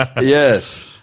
Yes